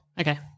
Okay